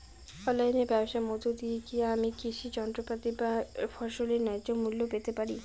অনলাইনে ব্যাবসার মধ্য দিয়ে কী আমি কৃষি যন্ত্রপাতি বা ফসলের ন্যায্য মূল্য পেতে পারি?